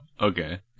okay